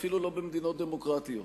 אפילו במדינות לא דמוקרטיות,